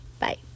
Bye